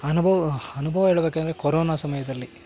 ಅನುಭವ ಅನುಭವ ಹೇಳಬೇಕೆಂದ್ರೆ ಕೊರೊನಾ ಸಮಯದಲ್ಲಿ